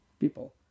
People